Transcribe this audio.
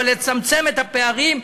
אבל לצמצם את הפערים.